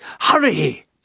hurry